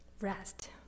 rest